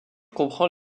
comprend